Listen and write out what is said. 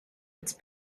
its